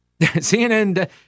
CNN